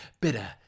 bitter